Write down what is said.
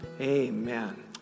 Amen